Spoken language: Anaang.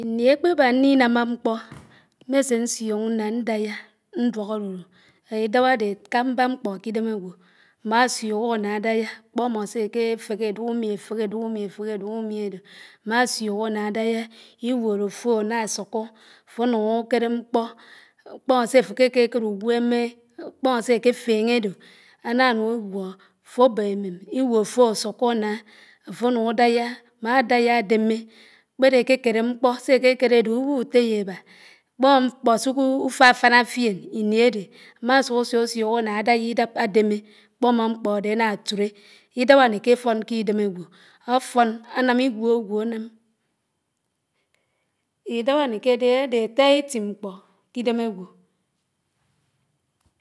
Íní ákpébá ní námámkpó mmésé ñsùk má ñdáyá árùrù ídáb ádé ékámbá mkpó k’idem ágwò, ámá siak áná ádáyá ákpómó sé ké féhé ádùk ùmí áféhé ádùk ùmí áfehi ádùk ùmi ádò, ámá siuk ánáyá ínùòd áfò áná ásùkó áfò ánùn ákéré mkpó, mkpó séfo ké kékéré ùgwémé ákpómó sé áké féhé ádò ánà ánùñ ùgwò áfò ábó émém, iwùò áfò ásùkó áná. áfò ánàñ ádáyá, ámá dáyá ádémé, kperé áké kéré mkpó, sé ákékéré ádò ùwù téyé ábá, mkpom. mkpó sùk’ùfáfáná fién íní ádé ámá sùk asíùsùk áná ádáyá idáb áděmé, ákpómó. Mkpo ádé áná tùré ídáb ánéké áfón k’idem ágwò áfón ánám ígwò ágwò ánám ídáb ánéké ádé átiáá étí mkpó k’idém ágwò